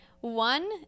One